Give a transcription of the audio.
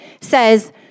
says